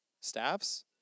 Staffs